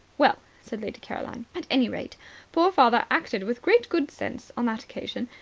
well, said lady caroline, at any rate poor father acted with great good sense on that occasion.